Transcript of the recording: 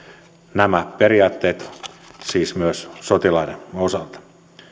nämä periaatteet ovat siis myös sotilaiden osalta